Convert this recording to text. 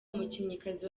umukinnyikazi